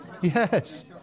Yes